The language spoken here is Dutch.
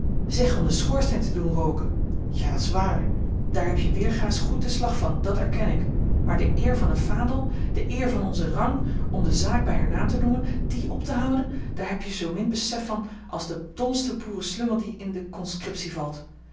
zeg om den schoorsteen te doen rooken ja dat is waar daar heb je weergaasch goed den slag van dat erken ik maar de eer van het vaandel de eer van onzen rang om de zaak bij haar naam te noemen die op te houden daar heb je zoomin besef van als de domste boerenslungel die in de conscriptie valt